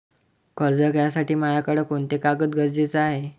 कर्ज घ्यासाठी मायाकडं कोंते कागद गरजेचे हाय?